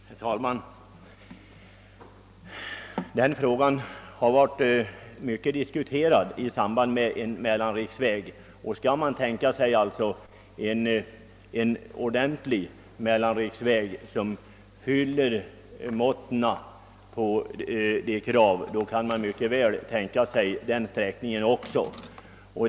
Herr talman! Denna sträckning har diskuterats mycket när det gällt frågan om en mellanriksväg. I diskussionen om en ordentlig mellanriksväg som tillgodoser kraven kan mycket väl även den sträckningen komma med.